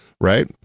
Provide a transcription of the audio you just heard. right